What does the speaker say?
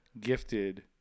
gifted